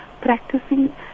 Practicing